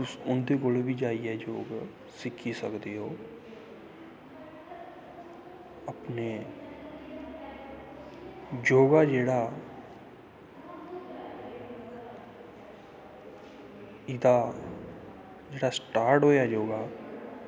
तुस उंदे कोल जाइयै बी योग सिक्खी सकदे ओ अपने योगा जेह्ड़ा एह्दैा जेह्ड़ा स्टार्ट होआ योगा